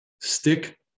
Stick